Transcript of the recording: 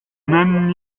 même